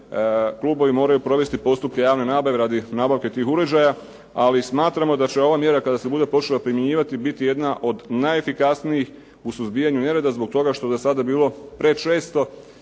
kubovi moraju provesti postupke javne nabave radi nabavke tih uređaja, ali smatramo kada se ova mjera kada se bude počela primjenjivati biti jedna od najefikasnijih u suzbijanju nereda zbog toga što je do sada bilo prečesto